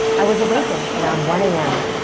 i was awakened around one a m.